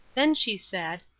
then she said,